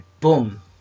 Boom